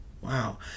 Wow